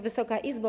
Wysoka Izbo!